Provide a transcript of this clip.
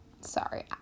sorry